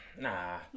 Nah